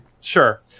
Sure